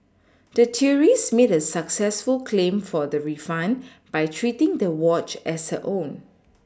the tourist made a successful claim for the refund by treating the watch as her own